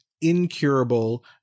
incurable